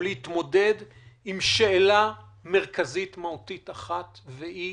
להתמודד עם שאלה מרכזית מהותית אחת, והיא